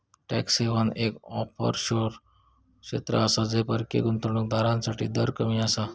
tax haven एक offshore क्षेत्र आसा जय परकीय गुंतवणूक दारांसाठी दर कमी आसा